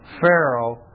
Pharaoh